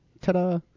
Ta-da